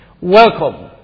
Welcome